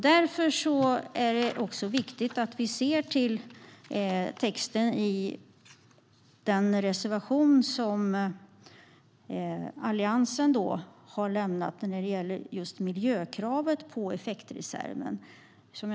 Därför är texten i reservationen från Alliansen när det gäller just miljökravet på effektreserven viktig.